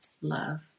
love